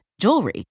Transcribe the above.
jewelry